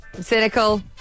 cynical